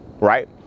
right